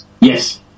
yes